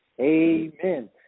Amen